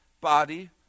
body